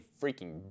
freaking